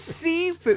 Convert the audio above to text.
seafood